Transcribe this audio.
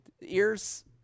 ears